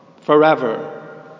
forever